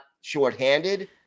shorthanded